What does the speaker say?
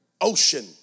ocean